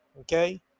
Okay